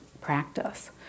practice